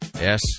Yes